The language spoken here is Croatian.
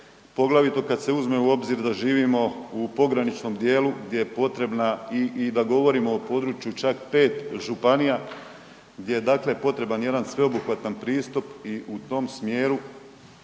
poglavito kada se uzme u obzir da živimo u pograničnom dijelu gdje je potrebna i da govorimo o području čak pet županija gdje je potreban jedan sveobuhvatan pristup. I u tom smjeru